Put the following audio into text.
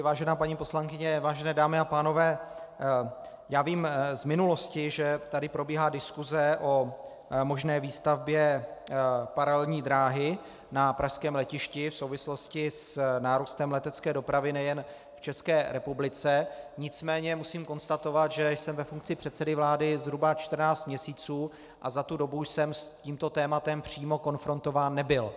Vážená paní poslankyně, vážené dámy a pánové, já vím z minulosti, že tady probíhá diskuse o možné výstavbě paralelní dráhy na pražském letišti v souvislosti s nárůstem letecké dopravy nejen v České republice, nicméně musím konstatovat, že jsem ve funkci předsedy vlády zhruba čtrnáct měsíců a za tu dobu jsem s tímto tématem přímo konfrontován nebyl.